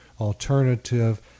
alternative